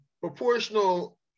proportional